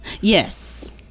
Yes